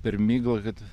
per miglą kad